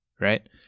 Right